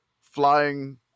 flying